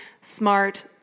smart